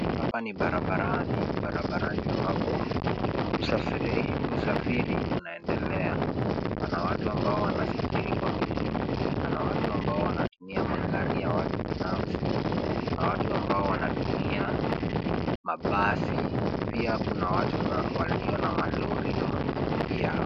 Hapa ni barabarani. Barabarani ambapo usafiri unaendelea. Pana watu ambao wanasafiri kwa miguu, pana watu ambao wanatumia magari ya watu binafsi, pana watu ambao wanatumia mabasi, pia kuna watu walio na malori na mapikipiki yao.